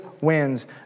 wins—